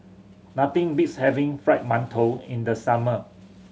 nothing beats having Fried Mantou in the summer